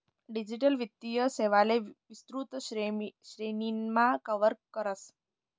digital वित्तीय सेवांले विस्तृत श्रेणीमा कव्हर करस